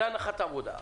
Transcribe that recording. זו הנחת העבודה שלנו.